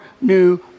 new